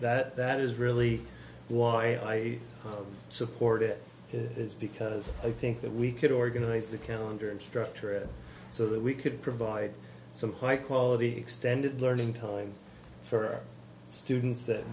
that that is really why i support it is because i think that we could organize the calendar and structure it so that we could provide some high quality extended learning telling for students that